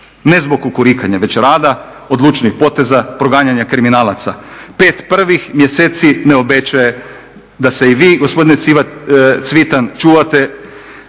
Ne zbog kukurikanja već rada, odlučnijih poteza, proganjanja kriminalaca. Pet prvih mjeseci ne obećaje da se i vi gospodine Cvitan kao